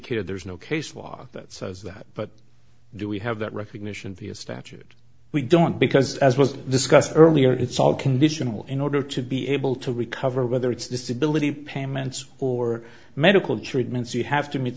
indicated there is no case law that says that but do we have that recognition via statute we don't because as was discussed earlier it's all conditional in order to be able to recover whether it's disability payments or medical treatments you have to meet